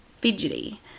fidgety